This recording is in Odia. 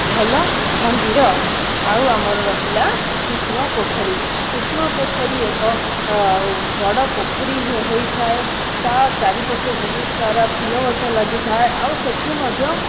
ଭଲ ମନ୍ଦିର ଆଉ ଆମର ରହିଲା କୁସୁମା ପୋଖରୀ କୁସୁମା ପୋଖରୀ ଏକ ବଡ଼ ପୋଖରୀ ହୋଇଥାଏ ତା' ଚାରି ପଟରେ ବହୁତ ସାରା ଫୁଲ ଗଛ ଲାଗିଥାଏ ଆଉ ସେଠି ମଧ୍ୟ